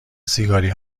سیگاری